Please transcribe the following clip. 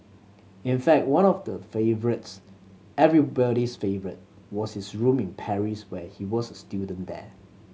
in fact one of the favourites everybody's favourite was his room in Paris when he was a student there